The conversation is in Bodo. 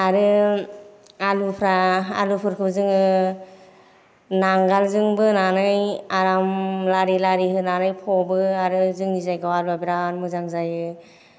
आरो आलुफ्रा आलुफोरखौ जोङो नांगोलजों बोनानै आराम लारि लारि होनानै फबो आरो जोंनि जायगायाव आलुवा बिराट मोजां जायो